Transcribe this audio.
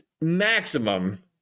maximum